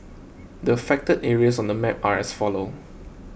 the affected areas on the map are as follow